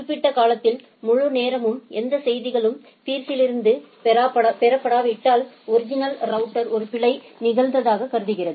குறிப்பிடப்பட்ட காலத்தின் முழு நேரமும் எந்தச் செய்திகளும் பீர்ஸ்யிமிருந்து பெறப்படாவிட்டால் ஒரிஜினடிங் ரவுட்டர் ஒரு பிழை நிகழ்ந்ததாகக் கருதுகிறது